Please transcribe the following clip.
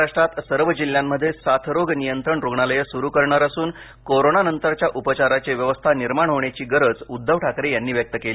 महाराष्ट्रात सर्व जिल्ह्यांमध्ये साथरोग नियंत्रण रुग्णालयं सुरू करणार असून कोरोनानंतरच्या उपचाराची व्यवस्था निर्माण होण्याची गरज उद्धव ठाकरे यांनी व्यक्त केली